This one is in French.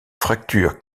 fracture